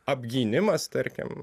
apgynimas tarkim